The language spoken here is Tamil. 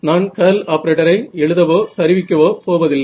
நான் கர்ல் ஆப்பரேட்டர் ஐ எழுதவோ தருவிக்கவோ போவதில்லை